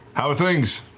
how are things?